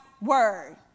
word